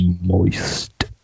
Moist